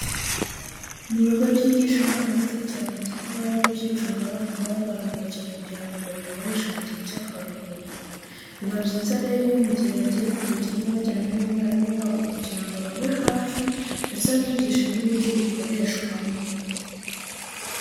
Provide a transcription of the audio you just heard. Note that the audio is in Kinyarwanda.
Mu bigo byigisha abana b'incuke hakunze kuba harimo ibyicungo abana baba barubakiwe kugira ngo babikoreshe mu gihe bari mu karuhuko. Biba byiza rero iyo mu gihe bagiye kubijyamo bajyanye n'umwarimu wabo kugira ngo ababe hafi ndetse abigishe n'uburyo bikoreshwamo.